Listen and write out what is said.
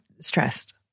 stressed